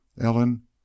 Ellen